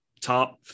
top